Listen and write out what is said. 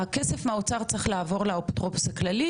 הכסף מהאוצר צריך לעבור לאפוטרופוס הכללי,